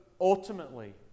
ultimately